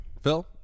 Phil